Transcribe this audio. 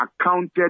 accounted